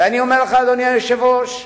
אדוני היושב-ראש,